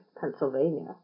pennsylvania